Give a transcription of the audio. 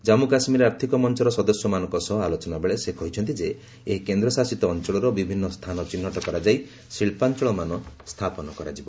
ଜାନ୍ଥ କାଶ୍ମୀର ଆର୍ଥିକ ମଞ୍ଚର ସଦସ୍ୟମାନଙ୍କ ସହ ଆଲୋଚନାବେଳେ ସେ କହିଛନ୍ତି ଯେ ଏହି କେନ୍ଦ୍ରଶାସିତ ଅଞ୍ଚଳର ବିଭିନ୍ନ ସ୍ଥାନ ଚିହ୍ନଟ କରାଯାଇ ଶିଳ୍ପାଞ୍ଚଳମାନ ସ୍ଥାପନ କରାଯିବ